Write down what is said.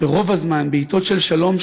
ורוב הזמן בעתות של שלום,